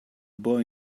boy